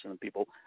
people